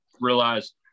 realized